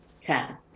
ten